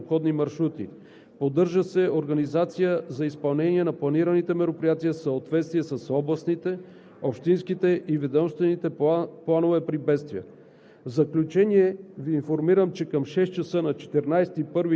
При необходимост екипи на Пътна полиция създават организация за движение по обходни маршрути. Поддържа се организация за изпълнение на планираните мероприятия в съответствие с областните, общинските и ведомствените планове при бедствия.